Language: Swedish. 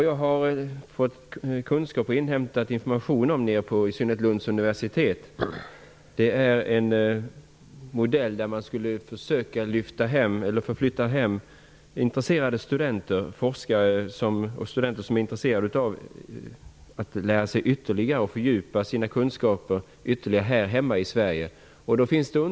Jag har, i synnerhet på Lunds universitet, fått kunskap om en modell som innebär att forskare och studenter som är intresserade av att lära sig ytterligare och av att fördjupa sina kunskaper här i Sverige förflyttas hit.